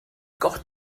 got